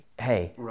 Hey